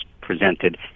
presented